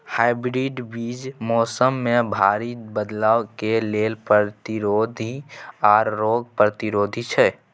hybrid बीज मौसम में भारी बदलाव के लेल प्रतिरोधी आर रोग प्रतिरोधी छै